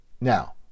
Now